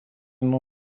nuo